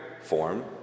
form